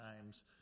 times